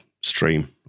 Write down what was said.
stream